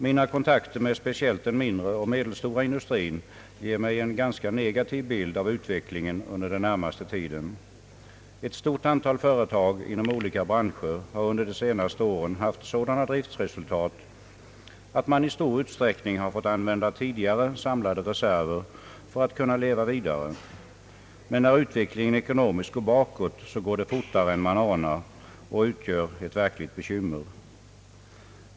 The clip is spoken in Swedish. Mina kontakter med speciellt den mindre och medelstora industrin ger mig en ganska negativ bild av utvecklingen under den närmaste tiden. Ett stort antal företag inom olika branscher har under de senaste åren haft sådana driftsresultat att man i stor utsträckning fått använda tidigare samlade reserver för att kunna leva vidare. Men när utvecklingen ekonomiskt går bakåt, går det fortare än man anar och utgör ett verkligt bekymmer.